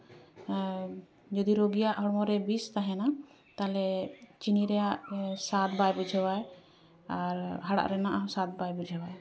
ᱡᱩᱫᱤ ᱨᱩᱜᱤᱭᱟᱜ ᱦᱚᱲᱢᱚ ᱨᱮ ᱵᱤᱥ ᱛᱟᱦᱮᱱᱟ ᱛᱟᱦᱚᱞᱮ ᱪᱤᱱᱤ ᱨᱮᱭᱟᱜ ᱥᱟᱫ ᱵᱟᱭ ᱵᱩᱡᱷᱟᱹᱣᱟ ᱟᱨ ᱦᱟᱲᱦᱟᱫ ᱨᱮᱱᱟᱜ ᱦᱚᱸ ᱥᱟᱫ ᱵᱟᱭ ᱵᱩᱡᱷᱟᱹᱣᱟᱭ